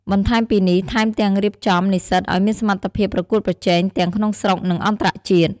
បន្ថែមពីនេះ ថែមទាំងរៀបចំនិស្សិតឱ្យមានសមត្ថភាពប្រកួតប្រជែងទាំងក្នុងស្រុក និងអន្តរជាតិ។